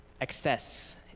excess